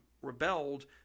rebelled